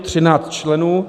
13 členů.